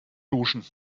duschen